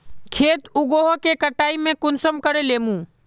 खेत उगोहो के कटाई में कुंसम करे लेमु?